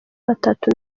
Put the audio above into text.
batatu